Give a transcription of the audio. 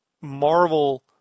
Marvel